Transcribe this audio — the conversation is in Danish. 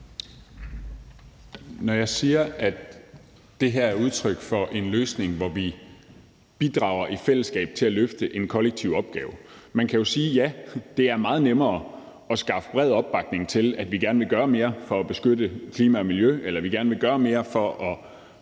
(S): Jeg siger, at det her er udtryk for en løsning, hvor vi bidrager i fællesskab til at løfte en kollektiv opgave. Man kan jo sige, at ja, det er meget nemmere at skaffe bred opbakning til, at vi gerne vil gøre mere for at beskytte klima og miljø, eller at vi gerne vil gøre mere for at